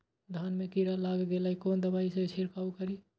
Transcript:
धान में कीरा लाग गेलेय कोन दवाई से छीरकाउ करी?